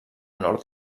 nord